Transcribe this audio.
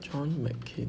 john mccain